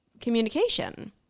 communication